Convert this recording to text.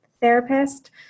therapist